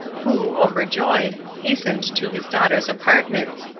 who, overjoyed, hastened to his daughter's apartments,